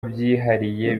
byihariye